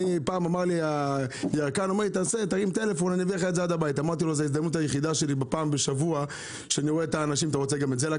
פעם הירקן אמר לי: תרים טלפון אביא לך את זה עד הבית.